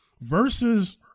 versus